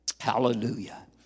Hallelujah